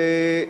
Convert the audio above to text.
בקצרה,